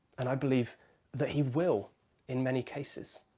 and i believe that he will in many cases.